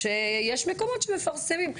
אומרת שבארצות-הברית יש מקומות שמפרסמים.